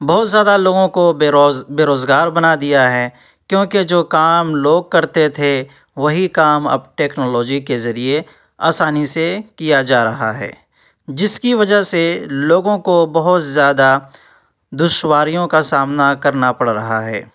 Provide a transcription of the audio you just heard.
بہت زیادہ لوگوں کو بے روز بے روزگار بنا دیا ہے کیونکہ جو کام لوگ کرتے تھے وہی کام اب ٹیکنالوجی کے ذریعے آسانی سے کیا جا رہا ہے جس کی وجہ سے لوگوں کو بہت زیادہ دشواریوں کا سامنا کرنا پڑ رہا ہے